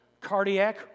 cardiac